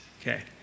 Okay